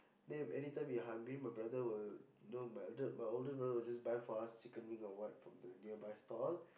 then if anytime we hungry my brother will know my older brother will just buy for us chicken wing or what from the nearby store